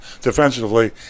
defensively